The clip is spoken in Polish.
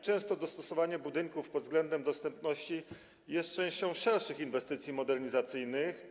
Często dostosowanie budynków pod względem dostępności jest częścią szerszych inwestycji modernizacyjnych.